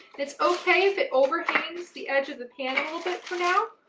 it's okay if it overhangs the edge of the pan a little bit for now,